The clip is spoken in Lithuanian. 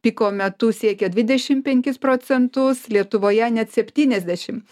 piko metu siekė dvidešim penkis procentus lietuvoje net septyniasdešim